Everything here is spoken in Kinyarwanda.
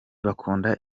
bakunda